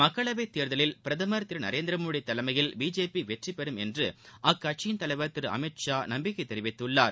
மக்களவைத்தேர்தலில் பிரதமர் திரு நரேந்திரமோடி தலைமையில் பிஜேபி வெற்றி பெறும் என்று அக்கட்சித்தலைவர் திரு அமீத்ஷா நம்பிக்கை தெரிவித்துள்ளார்